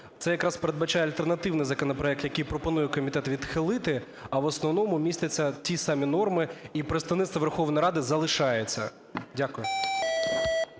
Це якраз передбачає альтернативний законопроект, який пропонує комітет відхилити, а в основному містяться ті самі норми і представництво Верховної Ради залишається. Дякую.